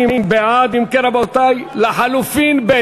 ההסתייגות לחלופין (ב)